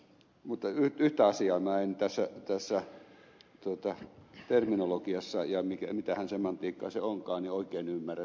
mutta yhtä asiaa minä en tässä terminologiassa ja mitähän sementiikkaa se onkaan oikein ymmärrä